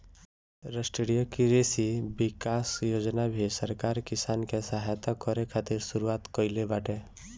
राष्ट्रीय कृषि विकास योजना भी सरकार किसान के सहायता करे खातिर शुरू कईले बाटे